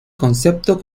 concepto